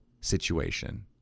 situation